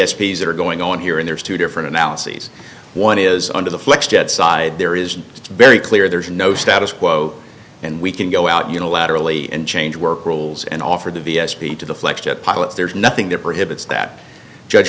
that are going on here and there's two different analyses one is under the flex jet side there is a very clear there's no status quo and we can go out unilaterally and change work rules and offer the b s p to the flex jet pilots there's nothing there for him it's that judge